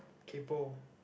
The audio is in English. kaypo